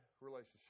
relationship